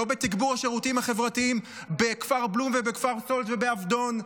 לא בתגבור השירותים החברתיים בכפר בלום ובכפר סאלד ובעבדון,